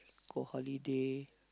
school holiday